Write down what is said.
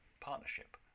partnership